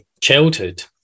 childhood